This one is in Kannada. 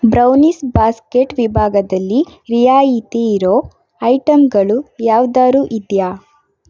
ಬ್ರೌನೀಸ್ ಬಾಸ್ಕೆಟ್ ವಿಭಾಗದಲ್ಲಿ ರಿಯಾಯಿತಿ ಇರೊ ಐಟಂಗಳು ಯಾವ್ದಾದ್ರು ಇದೆಯಾ